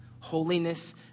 Holiness